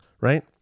Right